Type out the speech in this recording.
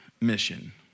mission